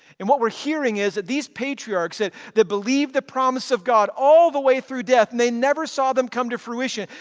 and what we're hearing is that these patriarchs, that that believed the promise of god, all the way through death and they never saw them come to fruition,